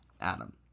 adam